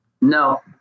no